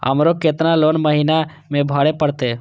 हमरो केतना लोन महीना में भरे परतें?